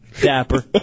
Dapper